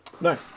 No